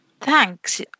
thanks